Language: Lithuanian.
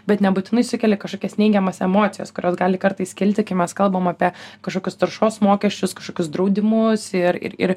bet nebūtinai sukelia kažkokias neigiamas emocijas kurios gali kartais kilti kai mes kalbam apie kažkokius taršos mokesčius kažkokius draudimus ir ir